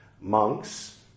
monks